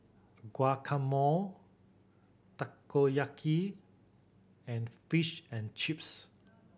Guacamole Takoyaki and Fish and Chips